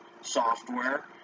software